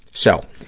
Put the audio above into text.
so,